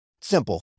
simple